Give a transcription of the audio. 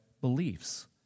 beliefs